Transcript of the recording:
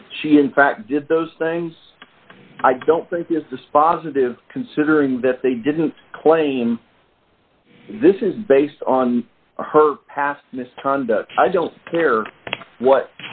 that she in fact did those things i don't think is dispositive considering that they didn't claim this is based on her past misconduct i don't care what